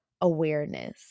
awareness